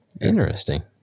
Interesting